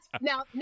now